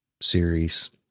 series